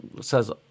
says